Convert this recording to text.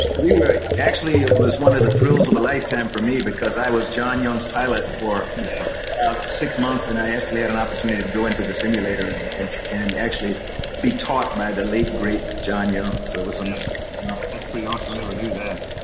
we were actually it was one of the thrills of a lifetime for me because i was john yong's pilot for yeah six months. and i actually had an opportunity to go into the simulator and and and actually be taught by the late great john young. so it was an ah honor. pretty awesome. i never knew that.